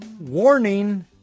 Warning